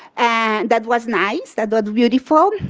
and that was nice. that was beautiful.